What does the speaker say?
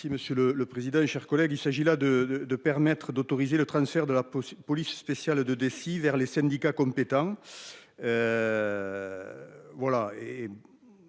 merci Monsieur le le président et chers collègues, il s'agit là de, de, de permettre d'autoriser le transfert de la police spéciale de des Dessy vers les syndicats compétents.